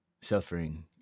Suffering